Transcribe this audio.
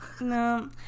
No